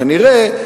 כנראה,